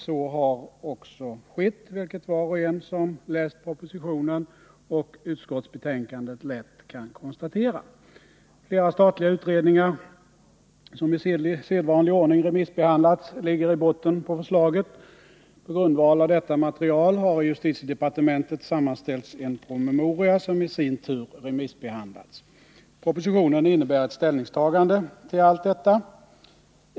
Så har också skett, vilket var och en som läst propositionen och utskottsbetänkandet lätt kan konstatera. Flera statliga utredningar, som i sedvanlig ordning remissbehandlats, ligger i botten på förslaget. På grundval av detta material har i justitiedepartementet sammanställts en promemoria som i sin tur remissbehandlats. Propositionen innebär ett ställningstagande till allt detta.